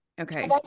Okay